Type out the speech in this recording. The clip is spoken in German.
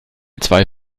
zwei